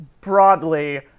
broadly